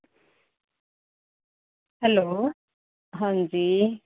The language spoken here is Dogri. हैलो आं जी